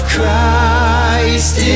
Christ